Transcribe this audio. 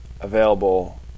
available